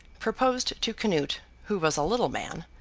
proposed to canute, who was a little man,